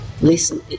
listen